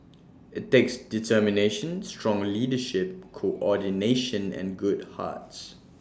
IT takes determination strong leadership coordination and good hearts